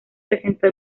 presentó